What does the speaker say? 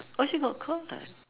oh she got caught